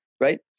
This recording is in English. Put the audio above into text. right